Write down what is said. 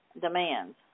demands